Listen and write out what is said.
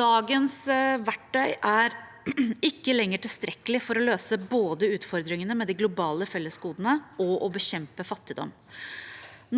Dagens verktøy er ikke lenger tilstrekkelig for både å løse utfordringene med de globale fellesgodene og å bekjempe fattigdom.